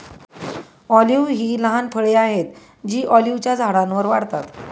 olive ही लहान फळे आहेत जी ऑलिव्हच्या झाडांवर वाढतात